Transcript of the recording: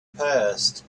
passed